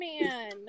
man